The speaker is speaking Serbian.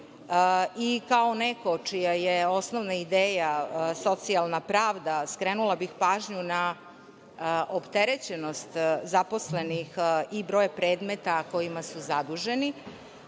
i kao neko čija je osnovna ideja socijalna pravda, skrenula bih pažnju na opterećenost zaposlenih i brojem predmeta kojima su zaduženi.